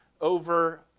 over